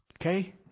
Okay